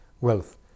wealth